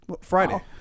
Friday